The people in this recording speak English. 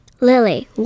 Lily